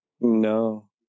No